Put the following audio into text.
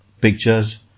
pictures